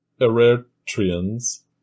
eretrians